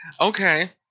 Okay